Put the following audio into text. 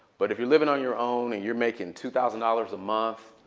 but if you're living on your own and you're making two thousand dollars a month,